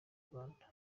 rwanda